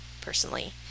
personally